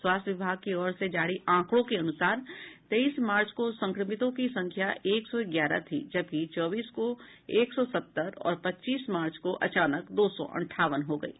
स्वास्थ्य विभाग की ओर जारी आंकड़ों के अनुसार तेईस मार्च को संक्रमितों की संख्या एक सौ ग्यारह थी जबकि चौबीस को एक सौ सत्तर और पच्चीस मार्च को अचानक दो सौ अंठावन हो गयी